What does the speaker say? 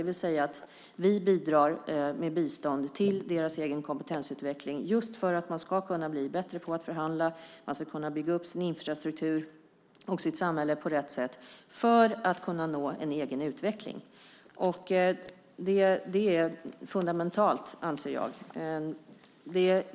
Vi bidrar med bistånd till deras egen kompetensutveckling just för att de ska kunna bli bättre på att förhandla. De ska kunna bygga upp sin infrastruktur och sitt samhälle på rätt sätt för att kunna nå en egen utveckling. Det anser jag är fundamentalt.